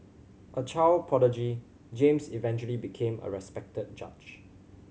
a child prodigy James eventually became a respected judge